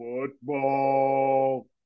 Football